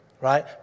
right